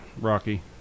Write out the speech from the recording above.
Rocky